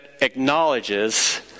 acknowledges